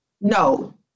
no